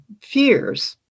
fears